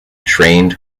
trained